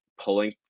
pulling